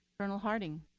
colonel harting.